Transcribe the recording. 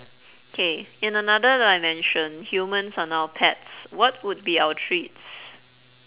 okay in another dimension humans are now pets what would be our treats